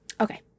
Okay